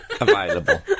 available